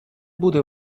буде